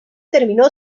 terminó